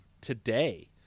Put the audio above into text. today